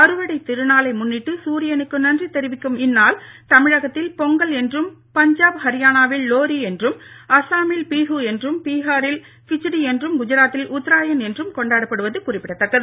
அறுவடை திருநாளை முன்னிட்டு சூரியனுக்கு நன்றி தெரிவிக்கும் இந்நாள் தமிழகத்தில் பொங்கல் என்றும் பஞ்சாப் ஹரியானாவில் லோரி என்றும் அஸ்ஸாமில் பிஹூ என்றும் பீகாரில் கிச்டி என்றும் குஜராத்தில் உத்தராயண் என்றும் கொண்டாடப்படுவது குறிப்பிடத்தக்கது